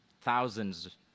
thousands